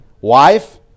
Wife